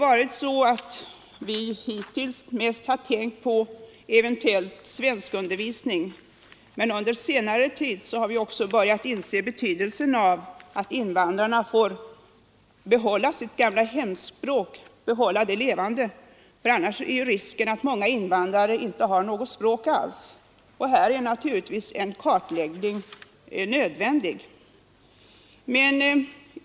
Hittills har vi ju mest tänkt på eventuell svenskundervisning, men under senare tid har vi också börjat inse betydelsen av att invandrarna får behålla sitt hemspråk levande; annars är risken att många invandrare inte har något språk alls. Här är naturligtvis en kartläggning nödvändig.